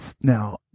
now